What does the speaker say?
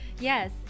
Yes